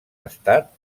estat